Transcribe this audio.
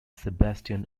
sebastian